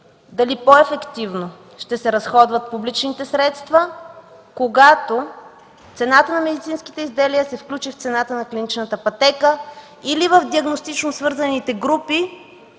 дали по-ефективно ще се разходват публичните средства, когато цената на медицинските изделия се включи в цената на клиничната пътека или в диагностично свързаните групи,